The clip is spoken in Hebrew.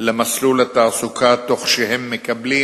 למסלול התעסוקה תוך שהם מקבלים